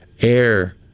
air